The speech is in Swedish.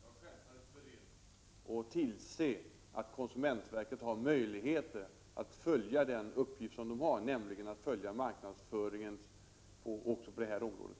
Herr talman! Jag är självfallet beredd att tillse att konsumentverket har möjligheter att fullgöra sin uppgift, nämligen att följa marknadsföringen också på det här området.